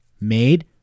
made